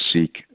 seek